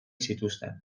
zituzten